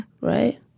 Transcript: Right